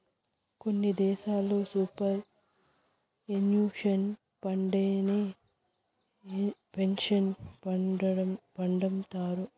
కొన్ని దేశాల్లో superannuation ఫండేనే పెన్సన్ ఫండంటారు